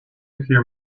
hear